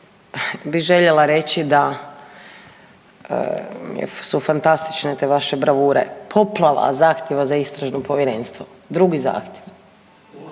bi željela reći da su fantastične te vaše bravure, poplava zahtjeva za istražno povjerenstvo, drugi zahtjev